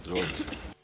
Izvolite.